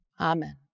Amen